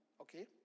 okay